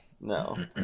No